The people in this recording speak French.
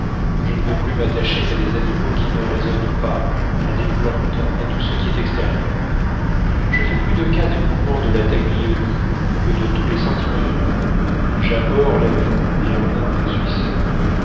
je ne veux plus m'attacher qu'à des animaux qui ne raisonnent pas à des plantes à tout ce qui est extérieur je fais plus de cas des mouvements de la taglioni que de tous les sentiments humains j'abhorre la vie et un monde où je suis seul